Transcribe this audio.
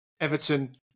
Everton